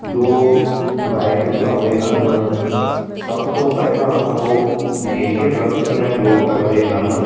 ਜੋ ਬਾਇਕ ਚਲਾਉਂਦੇ ਹਨ ਸਭ ਤੋਂ ਪਹਿਲਾਂ ਉਹ ਮੇਜਰ ਗਲਤੀਆਂ ਜੋ ਕਰਦੇ ਹਨ